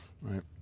right